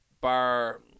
bar